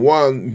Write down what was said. one